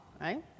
right